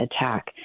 attack